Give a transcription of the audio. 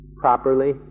properly